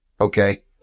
okay